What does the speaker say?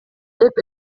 деп